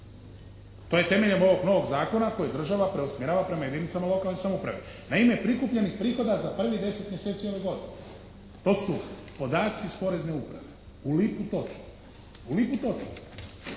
To je temeljem ovog novog zakona koji država preusmjerava prema jedinicama lokalne samouprave na ime prikupljenih prihoda za prvih deset mjeseci ove godine. To su podaci iz Porezne uprave u lipu točni. Istovremeno